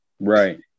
right